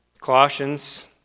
Colossians